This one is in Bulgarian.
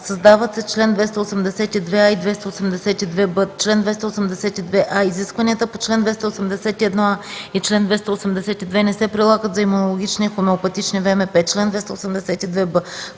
Създават се чл. 282а и 282б: „Чл. 282а. Изискванията по чл. 281а и чл. 282 не се прилагат за имунологични хомеопатични ВМП. Чл. 282б.